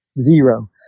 Zero